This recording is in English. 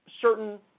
certain